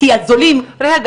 כי הזולים --- אבל,